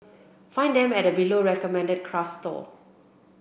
find them at the below recommended craft store